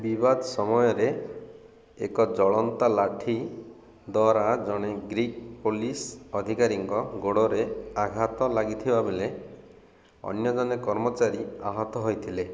ବିବାଦ ସମୟରେ ଏକ ଜଳନ୍ତା ଲାଠି ଦ୍ୱାରା ଜଣେ ଗ୍ରୀକ୍ ପୋଲିସ୍ ଅଧିକାରୀଙ୍କ ଗୋଡ଼ରେ ଆଘାତ ଲାଗିଥିବା ବେଳେ ଅନ୍ୟ ଜଣେ କର୍ମଚାରୀ ଆହତ ହେଇଥିଲେ